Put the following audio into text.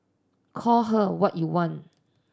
call her what you want